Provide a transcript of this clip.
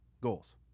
goals